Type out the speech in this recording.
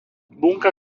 bunka